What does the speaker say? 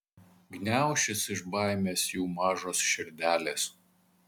gniaušis iš baimės jų mažos širdelės